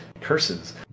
curses